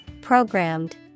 Programmed